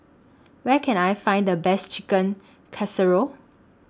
Where Can I Find The Best Chicken Casserole